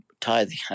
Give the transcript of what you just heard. tithing